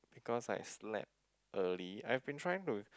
because I slept early I've been trying to